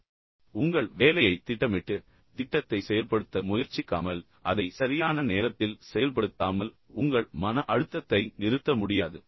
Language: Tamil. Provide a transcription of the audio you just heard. எனவே உங்கள் வேலையைத் திட்டமிட்டு பின்னர் திட்டத்தை செயல்படுத்த முயற்சிக்காமல் அதை சரியான நேரத்தில் செயல்படுத்தாமல் உங்கள் மன அழுத்தத்தை நிறுத்த முடியாது